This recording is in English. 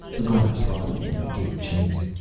a guard spotted him and gave chase.